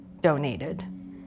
donated